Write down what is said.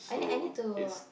so it's